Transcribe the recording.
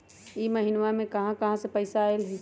इह महिनमा मे कहा कहा से पैसा आईल ह?